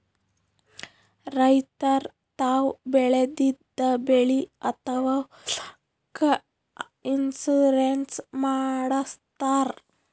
ರೈತರ್ ತಾವ್ ಬೆಳೆದಿದ್ದ ಬೆಳಿ ಅಥವಾ ಹೊಲಕ್ಕ್ ಇನ್ಶೂರೆನ್ಸ್ ಮಾಡಸ್ತಾರ್